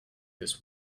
this